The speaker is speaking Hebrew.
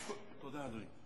תודה, אדוני.